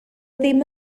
ddim